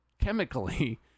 chemically